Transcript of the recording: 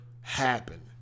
happen